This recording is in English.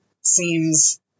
seems